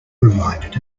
reminded